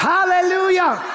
Hallelujah